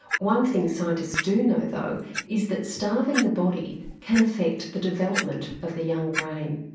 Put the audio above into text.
one thing scientists do know though is that starving the body can affect the development of the young brain.